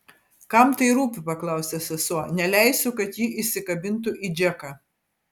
kam tai rūpi paklausė sesuo neleisiu kad ji įsikabintų į džeką